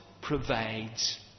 provides